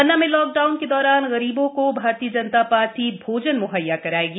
पन्ना में lockdown के दौरान गरीवों को भारतीय जनता पार्टी भोजन मुहैया करायेगी